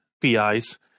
PIs